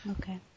Okay